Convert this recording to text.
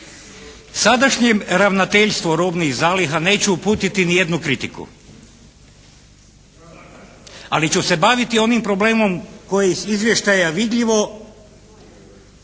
Sadašnjem ravnateljstvu robnih zaliha neću uputiti ni jednu kritiku, ali ću se baviti onim problemom koji iz izvještaja vidljivo